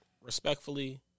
respectfully